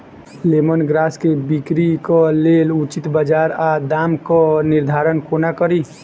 Lemon grass केँ बिक्रीक लेल उचित बजार आ दामक निर्धारण कोना कड़ी?